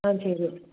ஆ சரி